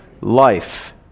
Life